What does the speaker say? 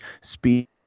speed